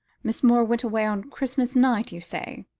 miss moore went away on christmas night, you say?